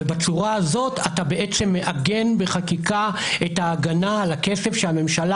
ובצורה הזאת אתה מעגן בחקיקה את ההגנה על הכסף שהממשלה